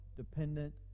dependent